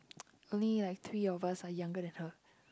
only like three of us are younger than her